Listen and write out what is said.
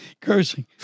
Cursing